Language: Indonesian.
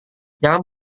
jangan